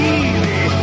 easy